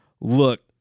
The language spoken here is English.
look